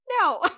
no